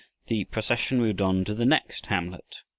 the procession moved on to the next hamlet.